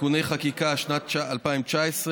(תיקוני חקיקה ליישום המדיניות הכלכלית לשנת התקציב 2019),